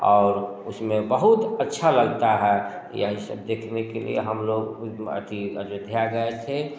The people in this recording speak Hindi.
और उसमें बहुत अच्छा लगता है यही सब देखने के लिए हम लोग वो अथी अयोध्या गए थे